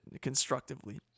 constructively